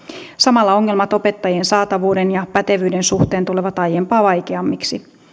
samalla ongelmat opettajien saatavuuden ja pätevyyden suhteen tulevat aiempaa vaikeammiksi